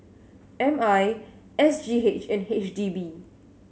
M I S G H and H D B